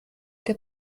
der